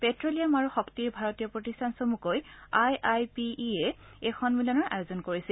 petroleum আৰু শক্তিৰ ভাৰতীয় প্ৰতিষ্ঠান চমুকৈ আই আই পি ই এ এই সম্মিলনৰ আয়োজন কৰিছে